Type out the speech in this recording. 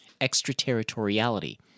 extraterritoriality